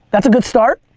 that's a good start.